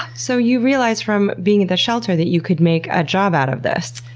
so you realized from being at the shelter that you could make a job out of this.